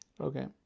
Okay